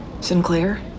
Sinclair